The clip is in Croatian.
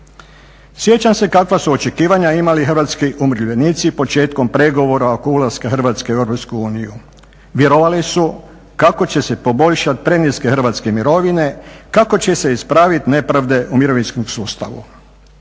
Sjećam se kakva su očekivanja imali hrvatski umirovljenici početkom pregovora oko ulaska Hrvatske u EU, vjerovali su kako će se poboljšati preniske hrvatske mirovine, kako će se ispraviti nepravde u mirovinskom sustavu.